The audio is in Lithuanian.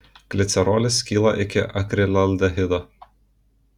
glicerolis skyla iki akrilaldehido